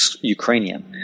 Ukrainian